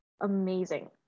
amazing